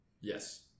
Yes